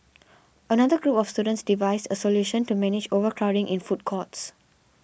another group of students devised a solution to manage overcrowding in food courts